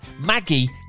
maggie